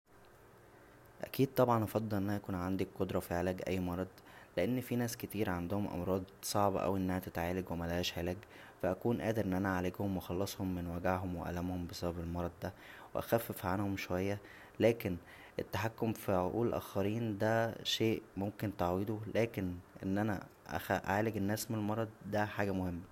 اكيد طبعا افضل ان انا يكون عندى قدره فعلاج اى مرض لان فى ناس كتير عندهم امراض صعب اوى انها تتعالج وملهاش علاج فا هكون قادر ان انا اعالجهم و اخلصهم من وجعهم و الامهم بسبب المرض دا و اخفف عنهم شويه لكن التحكم فى عقول الاخرين دا شي ممكن تعويضه لكن ان انا اخ- اعالج الناس من المرض دا حاجه مهمه